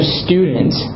students